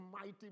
mighty